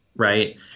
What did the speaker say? Right